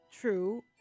true